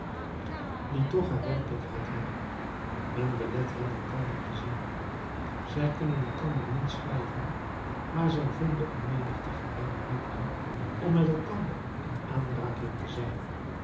die toch haar werkelijkheid hebben men belet hen elkander te zien zij kunnen elkander niet schrijven maar zij vinden een menigte geheime middelen om met elkander in aanraking te zijn